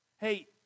Hey